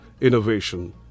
innovation